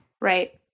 Right